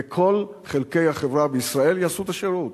וכל חלקי החברה בישראל יעשו את השירות,